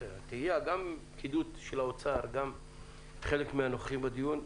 גם של פקידות האוצר וגם חלק מהנוכחים בדיון,